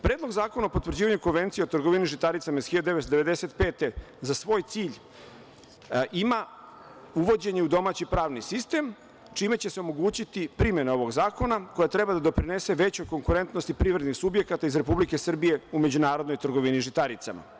Predlog zakona o potvrđivanju Konvencije o trgovini žitaricama iz 1995. godine za svoj cilj ima uvođenje u domaći pravni sistem, čime će se omogućiti primena ovog zakona koja treba da doprinese većoj konkurentnosti privrednih subjekata iz Republike Srbije u međunarodnoj trgovini žitaricama.